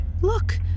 Look